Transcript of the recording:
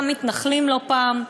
גם מתנחלים לא פעם,